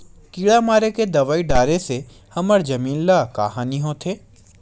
किड़ा मारे के दवाई डाले से हमर जमीन ल का हानि होथे?